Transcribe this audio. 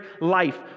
life